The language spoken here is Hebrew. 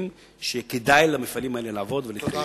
שיהיה כדאי למפעלים האלה לעבוד ולהתקיים.